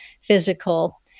physical